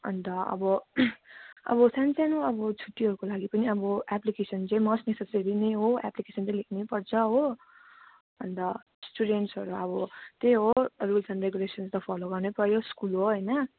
अन्त अब अब सानो सानो अब छुट्टीहरूको लागि पनि अब एप्लिकेसन चाहिँ मस्ट नेससरी नै हो एप्लिकेसन चाहिँ लेख्नै पर्छ हो अन्त स्टुडेन्ट्सहरू अब त्यही हो रुल्स एन्ड रेगुलेसन त फलो गर्नैपऱ्यो स्कुल हो होइन